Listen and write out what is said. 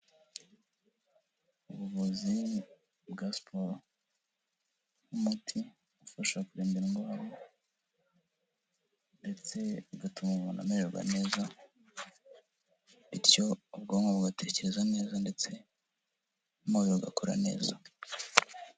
Ubuvuzi bwa siporo nk'umuti ufasha kurinda indwara ndetse bigatuma umuntu amererwa neza bityo ubwonko bugatekereza neza ndetse n'umuntu agakora neza.